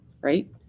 right